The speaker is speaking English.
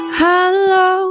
Hello